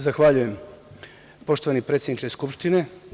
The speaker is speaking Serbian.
Zahvaljujem poštovani predsedniče Skupštine.